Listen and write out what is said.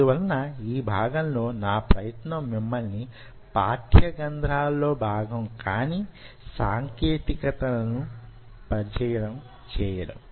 అందువలన యీ భాగంలో నా ప్రయత్నం మిమ్మల్ని పాఠ్య గ్రంధాల్లో భాగం కాని సాంకేతికతలను పరిచయం చేయడం